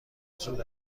زود